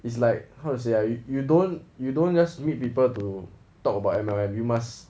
it's like how to say ah you you don't you don't just meet people to talk about M_L_M you must